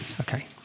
Okay